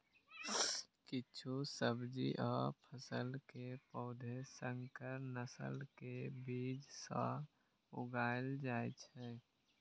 किछु सब्जी आ फसल के पौधा संकर नस्ल के बीज सं उगाएल जाइ छै